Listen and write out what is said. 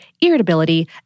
irritability